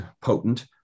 potent